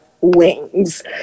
Wings